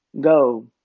go